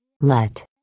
Let